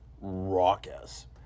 raucous